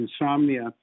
insomnia